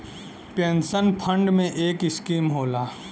pension fund में एक scheme होला